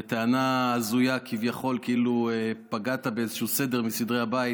בטענה ההזויה כביכול כאילו פגעת באיזשהו סדר מסדרי הבית,